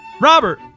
Robert